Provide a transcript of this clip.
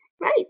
Right